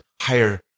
higher